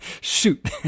shoot